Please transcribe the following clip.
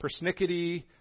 persnickety